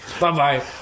Bye-bye